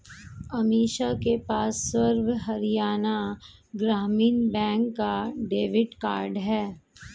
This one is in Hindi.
अमीषा के पास सर्व हरियाणा ग्रामीण बैंक का डेबिट कार्ड है